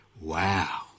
wow